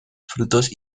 frutos